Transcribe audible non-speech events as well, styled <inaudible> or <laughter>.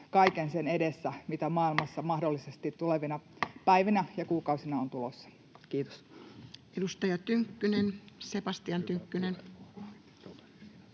<noise> mitä maailmassa mahdollisesti tulevina päivinä ja kuukausina on tulossa. — Kiitos. Edustaja Tynkkynen, Sebastian Tynkkynen. Kiitoksia,